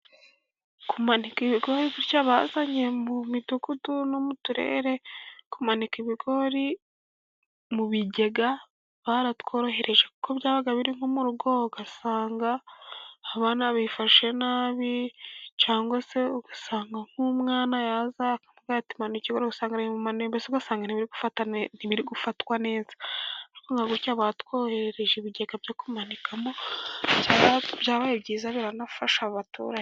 Kumanika ibigori gutya bazanye mu midugudu no mu turere. Kumanika ibigori mu bigega baratworohereje kuko byabaga biri nko mu rugo, ugasanga abana bifashe nabi, cyangwa se ugasanga nk'umwana yaza akavuga ati: "Manurira ikigori." Ugasanga arabimanuye, mbese ugasanga ntibiri gufatwa neza. Ariko nka gutya batwoherereje ibigega byo kumanikamo, byabaye byiza, biranafasha abaturage.